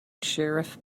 sheriff